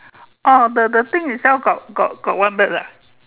orh the the thing itself got got got one bird lah